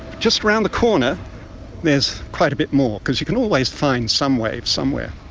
just around the corner there's quite a bit more, because you can always find some waves somewhere.